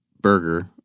burger